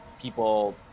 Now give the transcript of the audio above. people